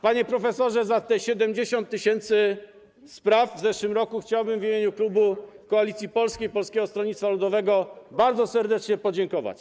Panie profesorze, za te 70 tys. spraw w zeszłym roku chciałbym w imieniu klubu Koalicji Polskiej - Polskiego Stronnictwa Ludowego bardzo serdecznie podziękować.